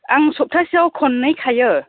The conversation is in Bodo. आं सबथासेआव खन्नै खायो